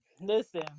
listen